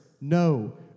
No